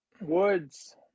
Woods